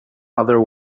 other